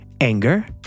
anger